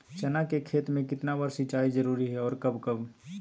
चना के खेत में कितना बार सिंचाई जरुरी है और कब कब?